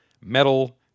Metal